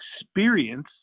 experience